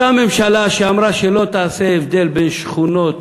אותה ממשלה שאמרה שלא תעשה הבדל בין שכונות,